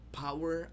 power